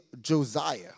Josiah